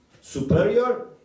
superior